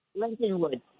Lindenwood